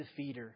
defeater